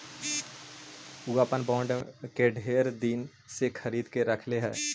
ऊ अपन बॉन्ड के ढेर दिन से खरीद के रखले हई